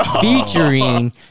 Featuring